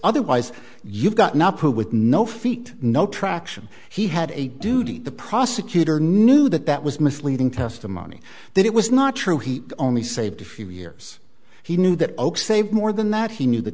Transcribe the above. otherwise you've got now with no feet no traction he had a duty the prosecutor knew that that was misleading testimony that it was not true he only saved a few years he knew that folks save more than that he knew the